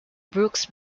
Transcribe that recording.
brooks